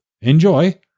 Enjoy